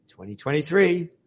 2023